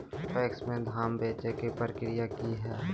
PACS में धाम बेचे के प्रक्रिया की हय?